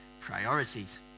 priorities